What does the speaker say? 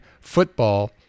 football